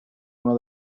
una